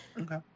Okay